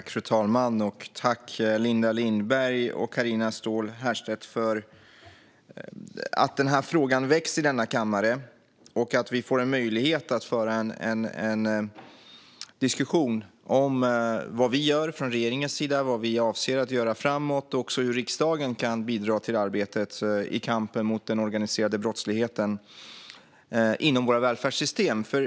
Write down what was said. Fru talman! Tack, Linda Lindberg och Carina Ståhl Herrstedt, för att frågan väcks här i kammaren! Jag tackar också för att vi får en möjlighet att ha en diskussion om vad regeringen gör och avser att göra framöver liksom hur riksdagen kan bidra till arbetet i kampen mot den organiserade brottsligheten inom våra välfärdssystem.